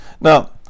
now